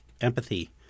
empathy